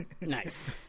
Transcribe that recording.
Nice